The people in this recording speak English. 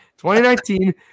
2019